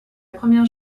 première